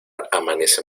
amanece